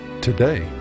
Today